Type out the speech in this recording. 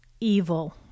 evil